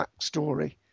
backstory